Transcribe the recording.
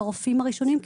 לרופאים הראשוניים,